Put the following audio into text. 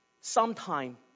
sometime